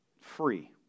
free